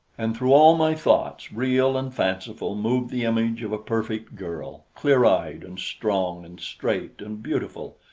and through all my thoughts, real and fanciful, moved the image of a perfect girl, clear-eyed and strong and straight and beautiful,